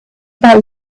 about